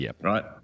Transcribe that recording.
right